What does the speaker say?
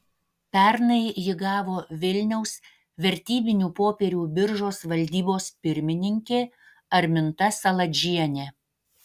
pernai jį gavo vilniaus vertybinių popierių biržos valdybos pirmininkė arminta saladžienė